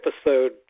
episode